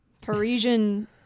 Parisian